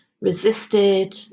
resisted